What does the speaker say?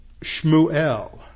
Shmuel